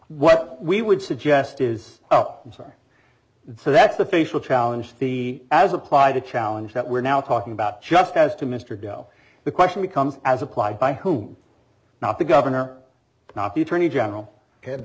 what we would suggest is oh i'm sorry so that's the facial challenge fee as applied to challenge that we're now talking about just as to mr dell the question becomes as applied by whom not the governor not the attorney general